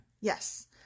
Yes